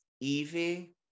evie